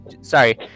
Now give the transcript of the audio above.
Sorry